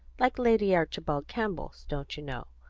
like lady archibald campbell's, don't you know.